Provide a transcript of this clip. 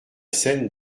scène